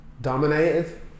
dominated